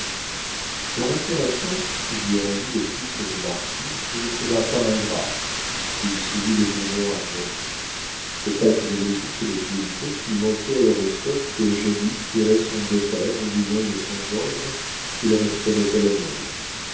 la restauration qui lui rendit le titre de marquis ne le trouva pas ingrat il suivit les bourbons à gand cet acte de logique et de fidélité fit mentir l'horoscope que jadis tirait son beau-père en disant de son gendre qu'il resterait colonel